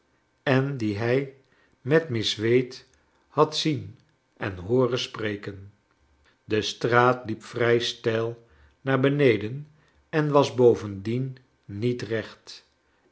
en dien j hij met miss wade had zien en hooren spreken j de straat liep vrij steil naar be j neden en was bovendien niet recht